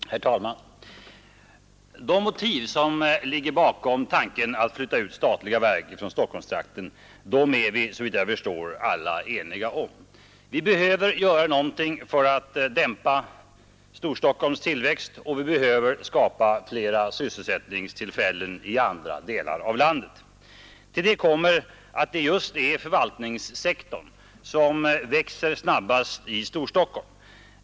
Herr talman! De motiv som ligger bakom tanken att flytta ut statliga verk från Stockholmstrakten är vi alla, såvitt jag förstår, eniga om; vi behöver göra någonting för att dämpa Storstockholms tillväxt, och vi behöver skapa flera sysselsättningstillfällen i andra delar av landet. Till detta kommer också att det just är förvaltningssektorn som växer snabbast i Storstockholm.